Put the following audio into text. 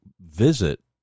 visit